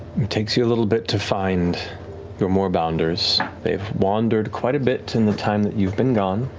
it takes you a little bit to find your moorbounders. they've wandered quite a bit in the time that you've been gone.